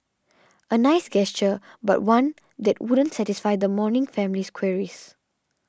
a nice gesture but one that won't satisfy the mourning family's queries